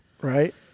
right